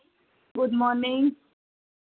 good morning